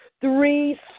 three